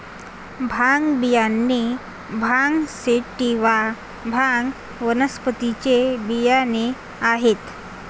भांग बियाणे भांग सॅटिवा, भांग वनस्पतीचे बियाणे आहेत